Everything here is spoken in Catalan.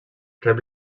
rep